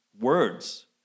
words